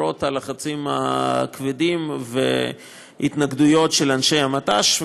למרות הלחצים הכבדים והתנגדויות של אנשי המט"ש.